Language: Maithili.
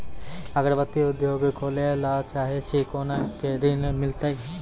अगरबत्ती उद्योग खोले ला चाहे छी कोना के ऋण मिलत?